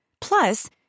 Plus